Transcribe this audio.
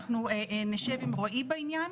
אנחנו נשב עם רועי בעניין.